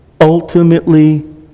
ultimately